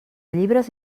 llibres